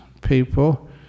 people